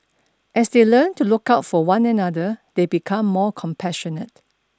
as they learn to look out for one another they become more compassionate